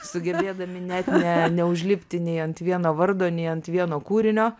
sugebėdami net ne neužlipti nei ant vieno vardo nei ant vieno kūrinio